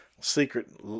secret